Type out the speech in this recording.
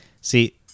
See